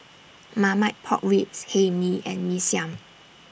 Marmite Pork Ribs Hae Mee and Mee Siam